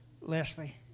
Leslie